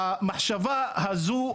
המחשבה הזו,